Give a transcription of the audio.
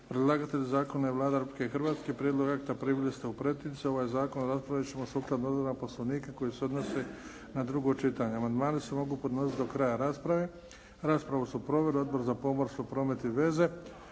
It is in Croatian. Predlagatelj zakona je Vlada Republike Hrvatske. Prijedlog akta primili ste u pretince. Ovaj zakon raspraviti ćemo sukladno odredbama Poslovnika koji se odnosi na drugo čitanje. Amandmani se mogu podnositi do kraja rasprave. Raspravu su proveli Odbor za pomorstvo, promet i veze,